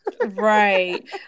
Right